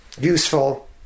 useful